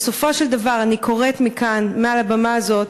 בסופו של דבר, אני קוראת מכאן, מהבמה הזאת,